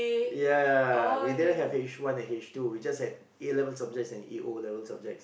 ya we didn't have H one and H two we just have A-level subjects and O-level subjects